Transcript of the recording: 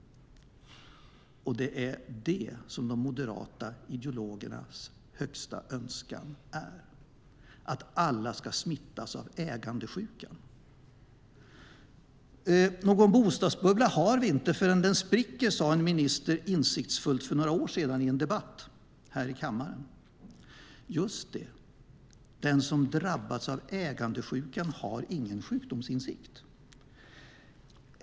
Det är det som de moderata ideologernas högsta önskan är - att alla ska smittas av ägandesjukan. Någon bostadsbubbla har vi inte förrän den spricker, sade en minister insiktsfullt för några år sedan i en debatt här i kammaren. Just det, den som drabbats av ägandesjukan har ingen sjukdomsinsikt.